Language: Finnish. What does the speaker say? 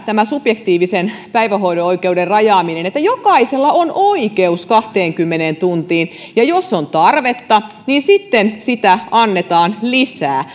tämä subjektiivisen päivähoito oikeuden rajaaminen tarkoittaa sitä että jokaisella on oikeus kahteenkymmeneen tuntiin ja jos on tarvetta niin sitten sitä annetaan lisää